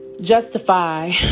justify